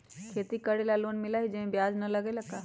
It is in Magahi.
खेती करे ला लोन मिलहई जे में ब्याज न लगेला का?